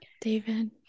David